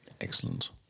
Excellent